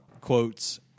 quotes